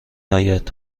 آید